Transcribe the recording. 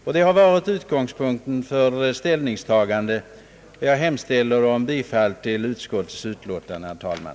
Detta har varit utgångspunkten för utskottets ställningstagande. Jag hemställer om bifall till utskottets utlåtande, herr talman!